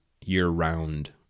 year-round